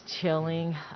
chilling